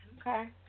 Okay